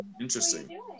interesting